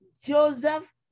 Joseph